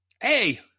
hey